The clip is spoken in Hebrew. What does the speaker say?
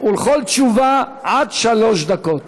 ולכל תשובה, עד שלוש דקות.